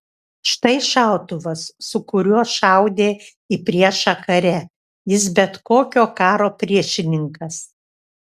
štai šautuvas su kuriuo šaudė į priešą kare jis bet kokio karo priešininkas